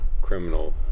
criminal